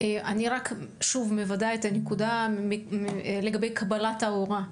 אני רק שוב מוודאה את הנקודה לגבי קבלת ההוראה.